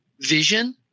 vision